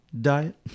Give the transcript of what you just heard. Diet